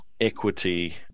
equity